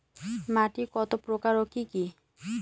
মাটি কতপ্রকার ও কি কী?